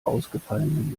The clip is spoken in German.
ausgefallenen